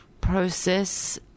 process